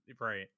Right